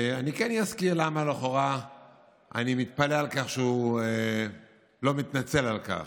אני כן אזכיר למה לכאורה אני מתפלא על כך שהוא לא מתנצל על כך: